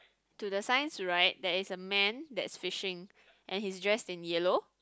to the signs right there is a man that's fishing and he's dressed in yellow